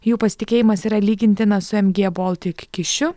jų pasitikėjimas yra lygintinas su mg boltik kyšiu